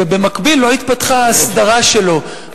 ולא התפתחה במקביל ההסדרה שלו,